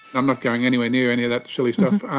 i'm not going anywhere near any of that silly stuff.